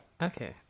Okay